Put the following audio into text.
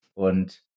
und